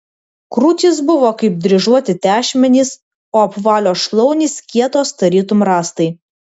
krūtys buvo kaip dryžuoti tešmenys o apvalios šlaunys kietos tarytum rąstai